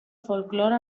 folclore